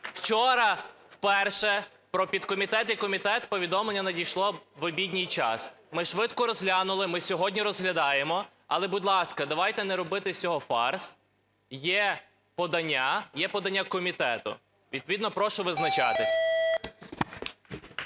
Вчора вперше про підкомітет і комітет повідомлення надійшло в обідній час. Ми швидко розглянули. Ми сьогодні розглядаємо. Але, будь ласка, давайте не робити з цього фарс. Є подання, є подання комітету – відповідно, прошу визначатись.